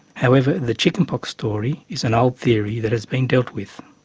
however the chickenpox story is an old theory that has been dealt with.